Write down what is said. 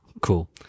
Cool